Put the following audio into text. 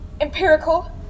Empirical